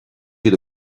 siad